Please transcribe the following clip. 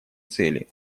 цели